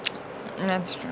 that's true